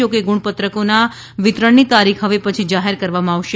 જોકે ગુણપત્રકોના વિતરણની તારીખ હવે પછી જાહેર કરવામાં આવશે